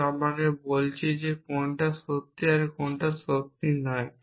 কেউ আমাকে বলছে কোনটা সত্যি আর কোনটা সত্যি নয়